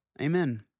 Amen